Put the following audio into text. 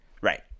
Right